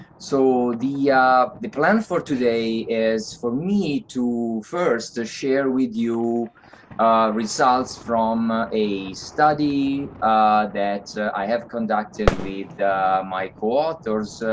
so, the the plan for today is for me to first share with you results from a study that i have conducted with my co-authors,